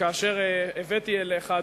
כאשר הבאתי אליך,